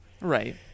right